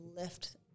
lift